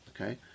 Okay